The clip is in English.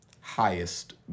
Highest